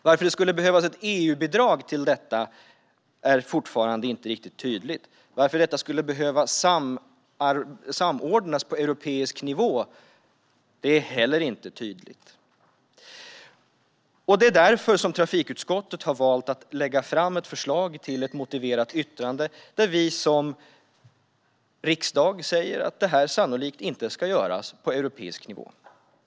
Varför det skulle behövas ett EU-bidrag till detta är fortfarande inte riktigt tydligt. Varför detta skulle behöva samordnas på europeisk nivå är inte heller tydligt. Det är därför trafikutskottet har valt att lägga fram ett förslag till ett motiverat yttrande där vi som riksdag säger att detta sannolikt inte ska göras på europeisk nivå.